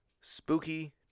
Spooky